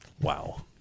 Wow